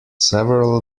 several